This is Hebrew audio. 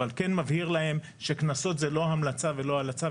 אבל כן מבהיר להם שקנסות הם לא המלצה ולא הלצה,